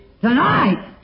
tonight